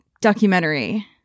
documentary